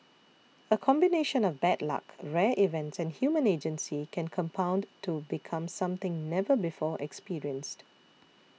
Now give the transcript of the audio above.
a combination of bad luck rare events and human agency can compound to become something never before experienced